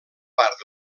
part